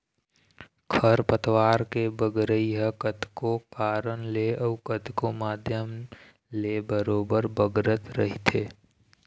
खरपतवार के बगरई ह कतको कारन ले अउ कतको माध्यम ले बरोबर बगरत रहिथे